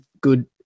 good